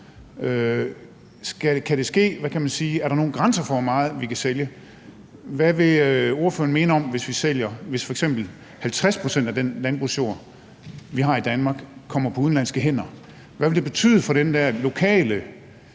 Er der nogen grænser for, hvor meget vi kan sælge? Hvad vil ordføreren mene, hvis vi sælger f.eks. 50 pct. af den landbrugsjord, vi har i Danmark, og den kommer på udenlandske hænder? Hvad vil det betyde for den der lokale